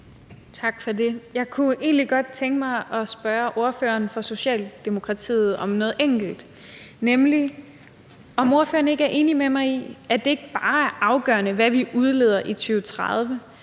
Tak for det. Jeg kunne egentlig godt tænke mig at spørge ordføreren for Socialdemokratiet om noget enkelt, nemlig om ordføreren ikke er enig med mig i, at det ikke bare er afgørende, hvad vi udleder i 2030,